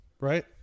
right